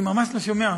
אני ממש לא שומע.